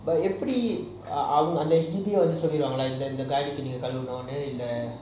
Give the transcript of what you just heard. எப்பிடி அவங்க அதன்:epidi avanga athan sdb eh சொல்லிடுவாங்களா நீங்க இந்த:soliduvangala nenga intha car கழுவணும்னுட்டு:kaluvanumtu